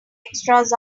extras